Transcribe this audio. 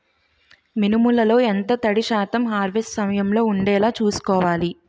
మినుములు లో ఎంత తడి శాతం హార్వెస్ట్ సమయంలో వుండేలా చుస్కోవాలి?